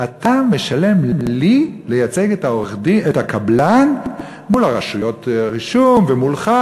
אתה משלם לי לייצג את הקבלן מול רשויות הרישום ומולך,